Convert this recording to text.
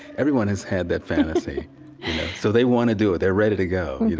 everyone has had that fantasy so they want to do it. they're ready to go,